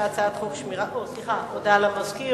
הודעה למזכיר.